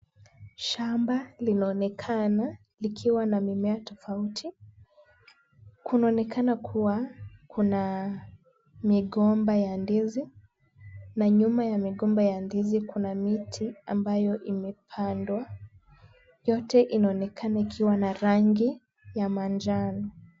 Shamba linaonekana likiwa na mimea tofauti. Kunaonekana kuwa kuna migomba ya ndizi na nyuma ya migomba ya ndizi kuna miti ambayo imepandwa. Yote inaonekana ikiwa na rangi ya manjano.